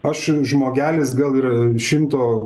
aš žmogelis gal ir šimto